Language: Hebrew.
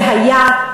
זה היה,